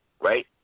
right